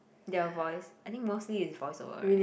their voice I think mostly is voice-over right